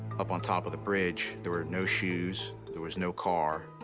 up on top of the bridge, there were no shoes. there was no car.